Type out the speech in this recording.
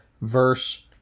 verse